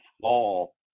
fall